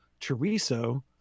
chorizo